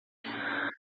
para